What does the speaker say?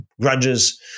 grudges